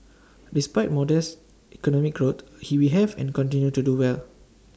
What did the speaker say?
despite modest economic growth he we have and continue to do well